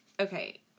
Okay